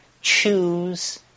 choose